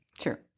Sure